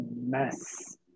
mess